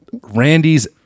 Randy's